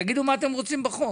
תגידו, מה אתם רוצים בחוק,